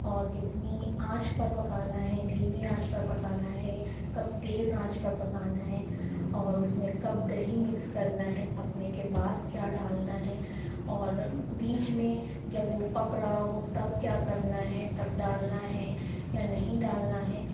اور کتنی آنچ پر پکانا ہے دھیمی آنچ پر پکانا ہے کب تیز آنچ پر پکانا ہے اور اس میں کب دہی مکس کرنا ہے پکنے کے بعد کیا ڈالنا ہے اور بیچ میں جب وہ پک رہا ہو تب کیا کرنا ہے تب ڈالنا ہیں یا نہیں ڈالنا ہیں